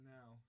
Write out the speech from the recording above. Now